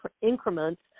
increments